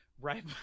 right